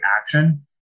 action